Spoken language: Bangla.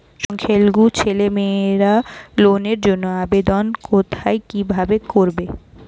সংখ্যালঘু ছেলেমেয়েরা লোনের জন্য আবেদন কোথায় কিভাবে করবে?